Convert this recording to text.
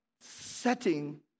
setting